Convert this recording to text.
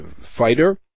fighter